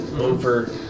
over